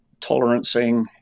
tolerancing